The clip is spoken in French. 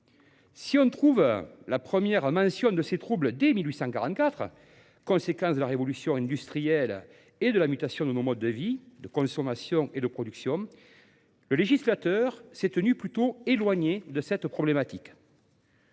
Si l’on trouve la première mention de ces troubles dès 1844, conséquence de la révolution industrielle et de la mutation de nos modes de vie, de consommation et de production, le législateur s’est tenu éloigné de cette question.